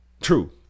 true